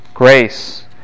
grace